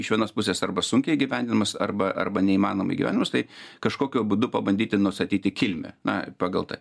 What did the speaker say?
iš vienos pusės arba sunkiai įgyvendinamas arba arba neįmanomai įgyvendinamas tai kažkokiu būdu pabandyti nustatyti kilmę na pagal tai